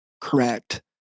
correct